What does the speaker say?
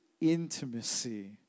intimacy